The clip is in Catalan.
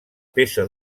peça